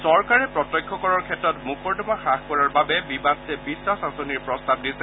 চৰকাৰে প্ৰত্যক্ষ কৰৰ ক্ষেত্ৰত মোকৰ্দমা হাস কৰাৰ বাবে বিবাদ সে বিশ্বাস আঁচনিৰ প্ৰস্তাৱ দিছে